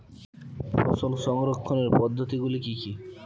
ফসল সংরক্ষণের পদ্ধতিগুলি কি কি?